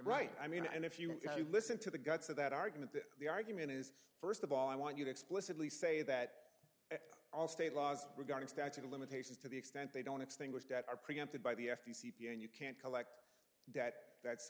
right i mean and if you listen to the guts of that argument the argument is first of all i want you to explicitly say that all state laws regarding statute of limitations to the extent they don't extinguish that are preempted by the f t c you can't collect that that's